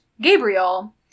Gabriel